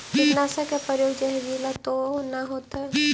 कीटनाशक के प्रयोग, जहरीला तो न होतैय?